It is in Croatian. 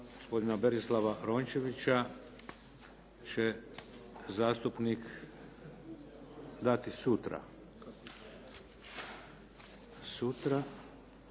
Hvala.